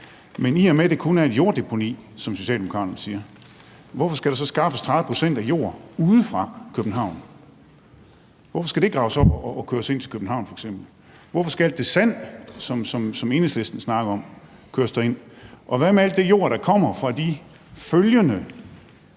Men i og med at det kun er et jorddeponi, som Socialdemokraterne siger, hvorfor skal der så skaffes 30 pct. af jorden uden for København? Hvorfor skal det graves op og køres ind til København f.eks.? Hvorfor skal alt det sand, som Enhedslisten snakker om, køres derind? Og hvad med alt det jord, der kommer fra de efterfølgende